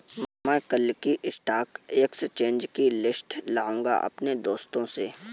मै कल की stock exchange की लिस्ट लाऊंगा अपने दोस्त से